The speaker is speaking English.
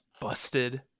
busted